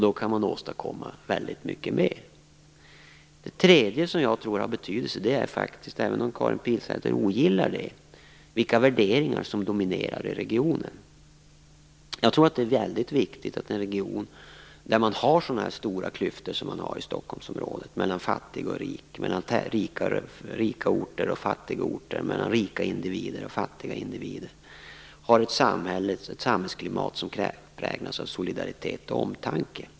Då kan man åstadkomma väldigt mycket mer. Det tredje som jag tror har betydelse är - även om Karin Pilsäter ogillar det - vilka värderingar som dominerar i regionen. Det är väldigt viktigt att en region som har så stora klyftor som man har i Stockholmsområdet mellan fattig och rik, mellan rika orter och fattiga orter och mellan rika individer och fattiga individer, har ett samhällsklimat som präglas av solidaritet och omtanke.